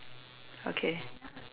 okay